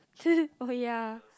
oh ya